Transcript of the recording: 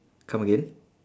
come again